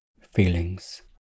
Feelings